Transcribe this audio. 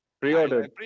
Pre-order